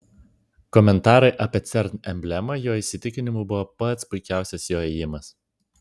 komentarai apie cern emblemą jo įsitikinimu buvo pats puikiausias jo ėjimas